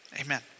Amen